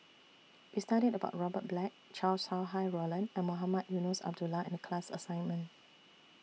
We studied about Robert Black Chow Sau Hai Roland and Mohamed Eunos Abdullah in The class assignment